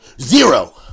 Zero